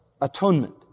Atonement